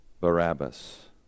Barabbas